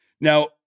Now